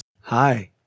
Hi